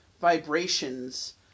vibrations